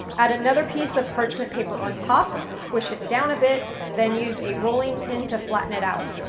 add another piece of parchment paper on top, squish it down a bit, then use a rolling pin to flatten it out.